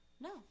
No